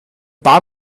paar